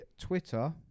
Twitter